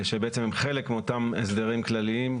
שהם חלק מאותם הסדרים כלליים,